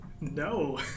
No